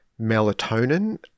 melatonin